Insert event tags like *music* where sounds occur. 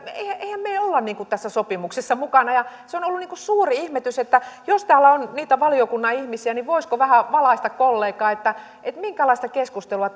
me ole tässä sopimuksessa mukana se on ollut suuri ihmetys että jos täällä on niitä valiokunnan ihmisiä niin voisivatko vähän valaista kollegaa siitä minkälaista keskustelua *unintelligible*